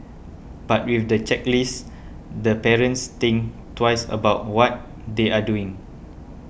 but with the checklist the parents think twice about what they are doing